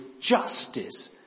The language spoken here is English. justice